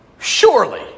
surely